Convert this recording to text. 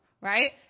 Right